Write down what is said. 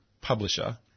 publisher